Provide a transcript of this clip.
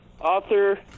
author